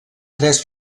tres